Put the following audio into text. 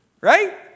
Right